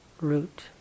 root